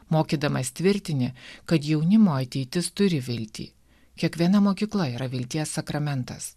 mokydamas tvirtini kad jaunimo ateitis turi viltį kiekviena mokykla yra vilties sakramentas